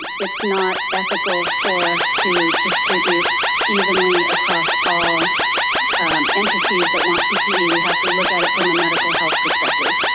it's not ethical for us to distribute evenly across all entities that want ppe. we have to look at it from a medical health perspective.